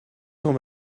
cent